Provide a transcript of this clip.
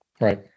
Right